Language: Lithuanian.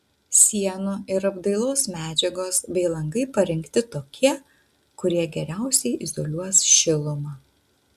sienų ir apdailos medžiagos bei langai parinkti tokie kurie geriausiai izoliuos šilumą